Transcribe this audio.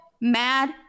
mad